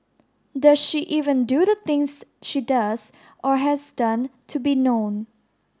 does she even do the things she does or has done to be known